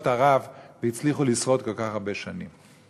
ערב והצליחו לשרוד כל כך הרבה שנים.